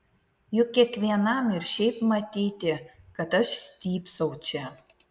juk kiekvienam ir šiaip matyti kad aš stypsau čia